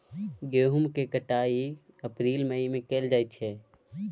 गहुम केर कटाई अप्रील मई में कएल जाइ छै